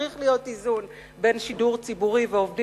צריך להיות איזון בין הפקות פנים ועובדים